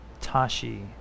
Tashi